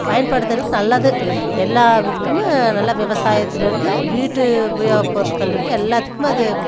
பயன்படுத்துகிறதுக்கு நல்லது எல்லா விததுக்குமே நல்லா விவசாயத்தில் இருந்து வீட்டு உபயோக பொருட்களில் இருந்து எல்லாத்துக்கும் அது